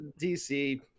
DC